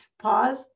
pause